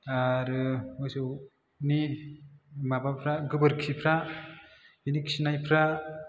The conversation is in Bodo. आरो मोसौनि माबाफ्रा गोबोरखिफ्रा बिनि खिनायफ्रा